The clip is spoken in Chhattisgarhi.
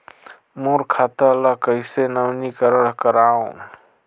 मोर खाता ल कइसे नवीनीकरण कराओ?